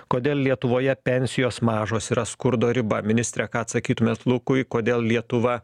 kodėl lietuvoje pensijos mažos yra skurdo riba ministre ką atsakytumėt lukui kodėl lietuva